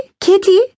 kitty